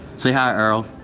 say hi, earl.